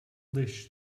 dish